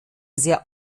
sehr